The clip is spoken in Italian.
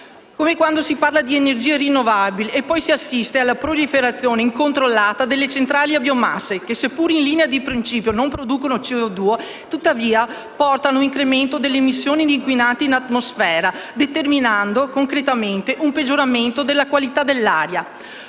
Come quando si parla di energia rinnovabile e poi si assiste alla proliferazione incontrollata delle centrali a biomasse che, seppur in linea di principio non producono CO2, tuttavia portano ad un incremento delle emissioni di inquinanti in atmosfera, determinando concretamente un peggioramento della qualità dell'aria.